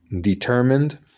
determined